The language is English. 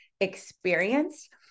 experienced